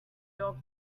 your